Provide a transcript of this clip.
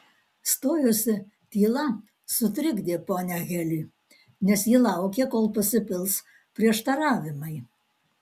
stojusi tyla sutrikdė ponią heli nes ji laukė kol pasipils prieštaravimai